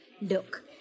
Look